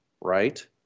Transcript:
right